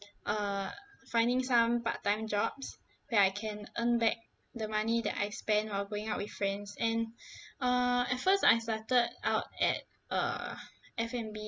uh finding some part time jobs where I can earn back the money that I spend while going with friends and err at first I started out at uh F_N_B